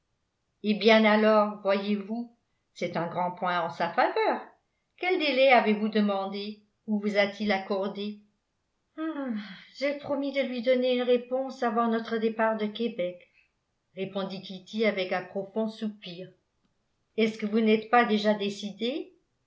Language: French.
eh bien alors voyez-vous c'est un grand point en sa faveur quel délai avez-vous demandé ou vous a-t-il accordé j'ai promis de lui donner une réponse avant notre départ de québec répondit kitty avec un profond soupir est-ce que vous n'êtes pas déjà décidée